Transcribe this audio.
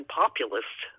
populist